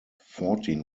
fourteen